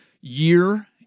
year